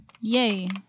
Yay